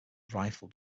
rifle